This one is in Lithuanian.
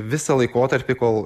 visą laikotarpį kol